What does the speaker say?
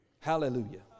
Hallelujah